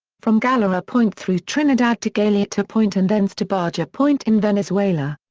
from galera point through trinidad to galeota point and thence to baja yeah point in venezuela.